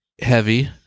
heavy